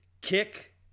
kick